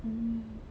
mm